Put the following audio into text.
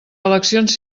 eleccions